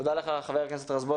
תודה לך, חבר הכנסת רזבוזוב.